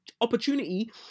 Opportunity